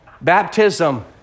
Baptism